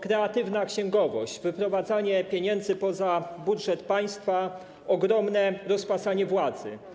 Kreatywna księgowość, wyprowadzanie pieniędzy poza budżet państwa, ogromne rozpasanie władzy.